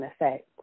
effect